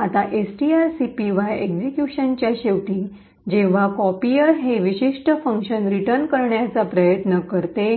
आता एसटीआरसीपीवाय एक्सिक्यूशनच्या शेवटी जेव्हा कॉपीयर हे विशिष्ट फंक्शन रिटर्न करण्याचा प्रयत्न करते